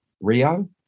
Rio